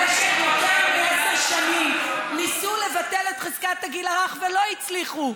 במשך יותר מעשר שנים ניסו לבטל את חזקת הגיל הרך ולא הצליחו.